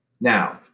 Now